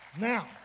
Now